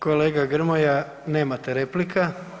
Kolega Grmoja nemate replika.